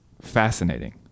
fascinating